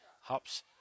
hops